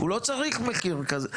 הוא לא צריך מחיר כזה,